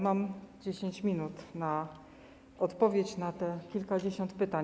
Mam 10 minut na odpowiedź na te kilkadziesiąt pytań.